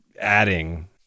adding